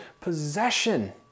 possession